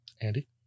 Andy